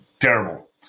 terrible